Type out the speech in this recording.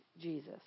Jesus